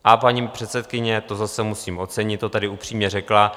A paní předsedkyně, to zase musím ocenit, to tady upřímně řekla.